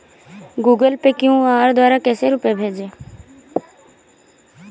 Google Pay QR द्वारा कैसे रूपए भेजें?